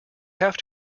have